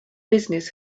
business